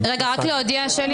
הצבעה לא אושרו.